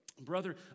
Brother